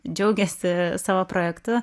džiaugėsi savo projektu